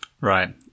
Right